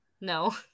No